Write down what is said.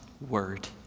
word